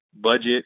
budget